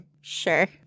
Sure